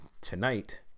Tonight